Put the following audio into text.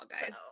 guys